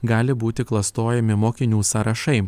gali būti klastojami mokinių sąrašai